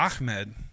Ahmed